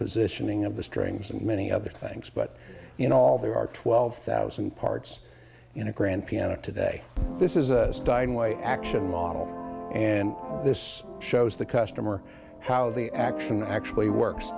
positioning of the strings and many other things but in all there are twelve thousand parts in a grand piano today this is a steinway actual model and this shows the customer how the action actually works